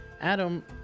adam